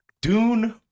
Dune